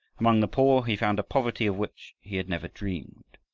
among the poor he found a poverty of which he had never dreamed.